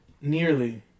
Nearly